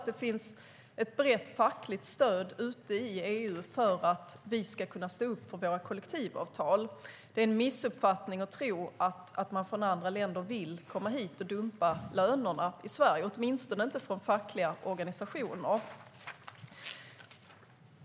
Det finns ett brett fackligt stöd ute i EU för att vi ska kunna stå upp för våra kollektivavtal. Det är en missuppfattning att man från andra länder vill komma hit och dumpa svenska löner. Åtminstone vill inte fackliga organisationer det.